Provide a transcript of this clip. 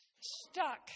stuck